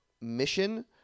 mission